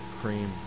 cream